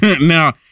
Now